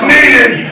Needed